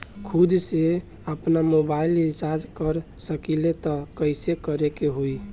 खुद से आपनमोबाइल रीचार्ज कर सकिले त कइसे करे के होई?